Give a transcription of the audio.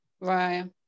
Right